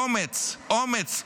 אומץ, אומץ.